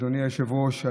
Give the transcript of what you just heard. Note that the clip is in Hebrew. אדוני היושב-ראש,